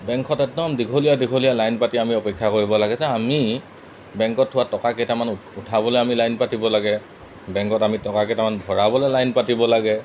বেংকত একদম দীঘলীয়া দীঘলীয়া লাইন পাতি আমি অপেক্ষা কৰিব লাগে যে আমি বেংকত থোৱা টকা কেইটামান উঠাবলৈ আমি লাইন পাতিব লাগে বেংকত আমি টকা কেইটামান ভৰাবলৈ লাইন পাতিব লাগে